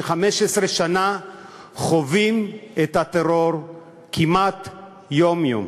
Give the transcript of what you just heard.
ש-15 שנה חווים את הטרור כמעט יום-יום.